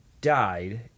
died